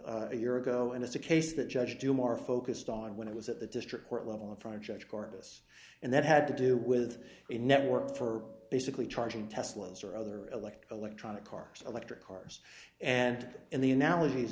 a year ago and it's a case that judge do more focused on when it was at the district court level in front of judge corpus and that had to do with a network for basically charging tesla's or other elect electronic cars electric cars and in the analog